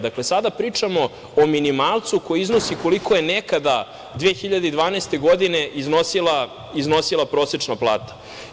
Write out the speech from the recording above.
Dakle, sada pričamo o minimalcu koji iznosi koliko je nekada 2012. godine iznosila prosečna plata.